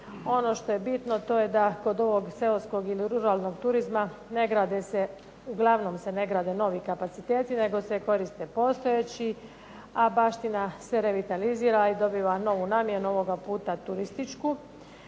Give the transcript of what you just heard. Ono što je bitno to je da kod ovog seoskog ili ruralnog turizma ne grade se, uglavnom se ne grade novi kapaciteti nego se koriste postojeći, a baština se revitalizira i dobiva novu namjenu, ovoga puta turističku.